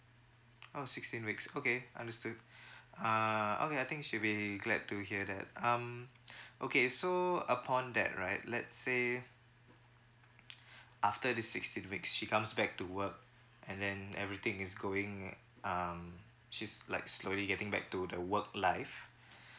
oh sixteen weeks okay understood uh okay I think she'll be glad to hear that um okay so upon that right let's say after this sixteen weeks she comes back to work and then everything is going um she's like slowly getting back to the work life